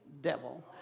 devil